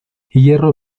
hierro